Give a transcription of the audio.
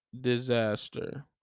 disaster